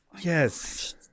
Yes